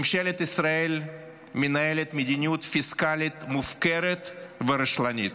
ממשלת ישראל מנהלת מדיניות פיסקלית מופקרת ורשלנית.